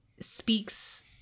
speaks